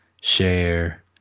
Share